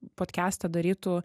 podkestą darytų